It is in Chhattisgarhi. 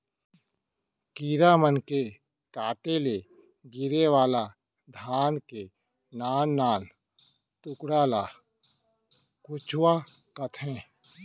कीरा मन के काटे ले गिरे वाला धान के नान नान कुटका ल कुचवा कथें